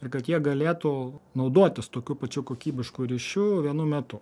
ir kad jie galėtų naudotis tokiu pačiu kokybišku ryšiu vienu metu